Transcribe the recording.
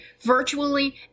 virtually